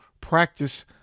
practice